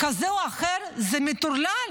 כזה או אחר, זה מטורלל.